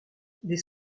des